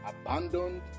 abandoned